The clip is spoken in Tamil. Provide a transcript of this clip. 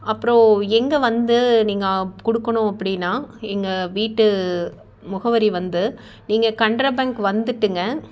அப்புறம் எங்கே வந்து நீங்கள் கொடுக்கணும் அப்படின்னா எங்கள் வீட்டு முகவரி வந்து நீங்கள் கன்ட்ரா பேங்க் வந்துட்டுங்க